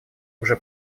уже